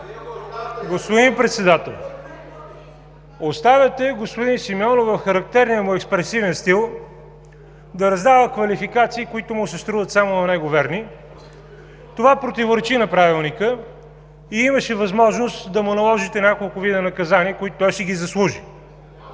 господин Председател, оставяте господин Симеонов в характерния му експресивен стил да раздава квалификации, които му се струват само на него верни. Това противоречи на Правилника и имаше възможност да му наложите няколко вида наказание, които той си заслужи.